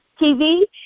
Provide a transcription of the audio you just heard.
TV